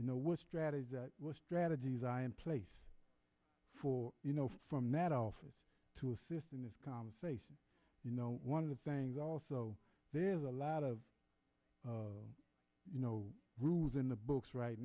you know what strategies that strategies i in place for you know from that office to assist in this conversation you know one of the things also there's a lot of you know rules in the books right